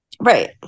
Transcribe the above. Right